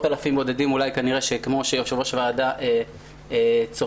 אלפים בודדים כמו שיושב-ראש הוועדה צופה.